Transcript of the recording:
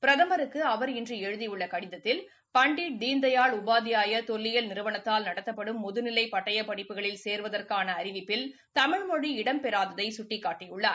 பிரதமருக்கு அவர் இன்று எழுதியுள்ள கடிதத்தில் பண்டிட் தீன்தயாள் உபாத்யாயா தொல்லியல் நிறுவனத்தால் நடத்தப்படும் முதுநிலை பட்டயப்படிப்புகளில் சேருவதற்கான அறிவிப்பில் தமிழ் மொழி இடம்பெறாததை சுட்டிக்காட்டியுள்ளார்